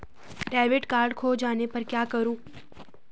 Debit card खो जाने पर क्या करूँ?